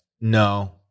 No